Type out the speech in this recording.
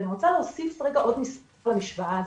ואני רוצה להוסיף עוד מספר למשוואה הזאת.